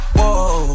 Whoa